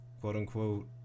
quote-unquote